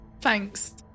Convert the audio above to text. Thanks